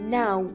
now